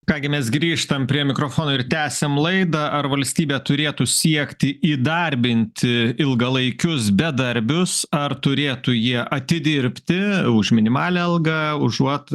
ką gi mes grįžtam prie mikrofono ir tęsiam laidą ar valstybė turėtų siekti įdarbinti ilgalaikius bedarbius ar turėtų jie atidirbti už minimalią algą užuot